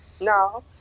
No